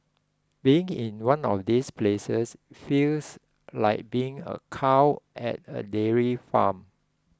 being in one of these places feels like being a cow at a dairy farm